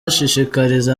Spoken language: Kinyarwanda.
ashishikariza